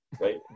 right